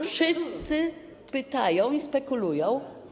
Wszyscy pytają i spekulują.